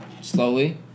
slowly